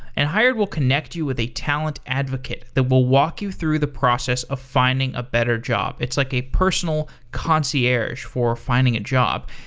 and hired will connect you with a talent advocate that will walk you through the process of finding a better job. it's like a personal concierge for finding a job.